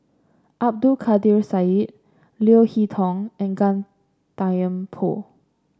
Abdul Kadir Syed Leo Hee Tong and Gan Thiam Poh